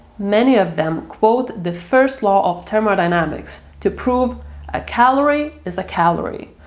many of them quote the first law of thermodynamics to prove a calorie is a calorie.